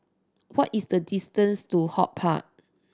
what is the distance to HortPark